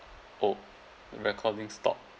oh recording stopped